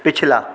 पिछला